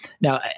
Now